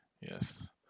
Yes